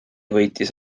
võitis